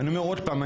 אני אומר עוד פעם,